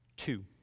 Two